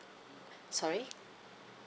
sorry